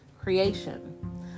creation